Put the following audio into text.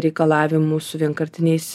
reikalavimų su vienkartiniais